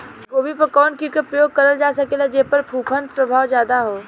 गोभी पर कवन कीट क प्रयोग करल जा सकेला जेपर फूंफद प्रभाव ज्यादा हो?